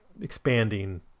expanding